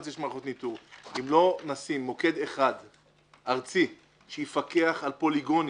אם לא נשים מוקד אחד ארצי שיפקח על פוליגונים